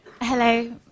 hello